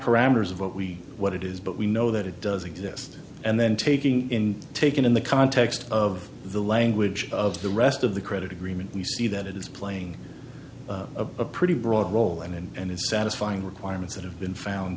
parameters of what we what it is but we know that it does exist and then taking in taking in the context of the language of the rest of the credit agreement we see that it is playing a pretty broad roll and it's satisfying requirements that have been found